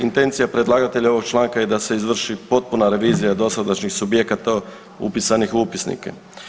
Intencija predlagatelja ovog članka je da se izvrši potpuna revizija dosadašnjih subjekata upisanih u upisnike.